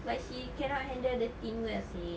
but she cannot handle the team well seh